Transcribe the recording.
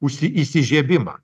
užsi įsižiebimą